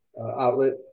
outlet